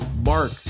Mark